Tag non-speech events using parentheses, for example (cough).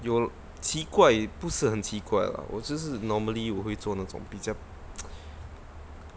有奇怪不是很奇怪啦我就是 normally 我会做那种比较 (noise)